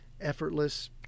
effortless